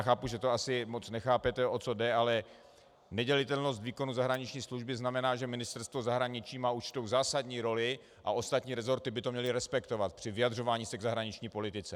Chápu, že to asi moc nechápete, o co jde, ale nedělitelnost výkonu zahraniční služby znamená, že Ministerstvo zahraničí má určitou zásadní roli a ostatní resorty by to měly respektovat při vyjadřování se k zahraniční politice.